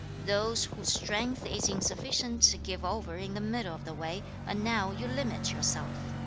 those whose strength is insufficient give over in the middle of the way but now you limit yourself